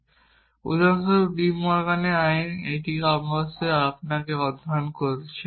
সুতরাং উদাহরণস্বরূপ ডি মরগানের আইন আপনি অবশ্যই অধ্যয়ন করেছেন